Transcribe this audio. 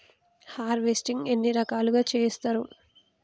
Harvesting ఎన్ని రకాలుగా చేస్తరు?